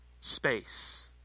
space